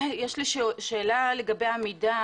יש לי שאלה לגבי המידה